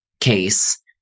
case